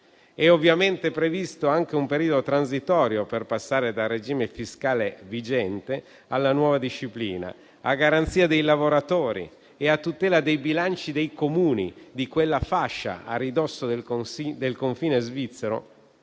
È ovviamente previsto anche un periodo transitorio per passare dal regime fiscale vigente alla nuova disciplina, a garanzia dei lavoratori e a tutela dei bilanci dei Comuni di quella fascia a ridosso del confine svizzero